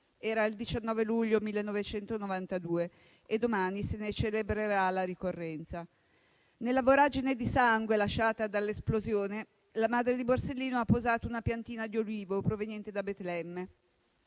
Era il 19 luglio 1992 e domani se ne celebrerà la ricorrenza. Nella voragine di sangue lasciata dall'esplosione, la madre di Borsellino ha posato una piantina di ulivo, proveniente da Betlemme: